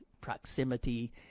proximity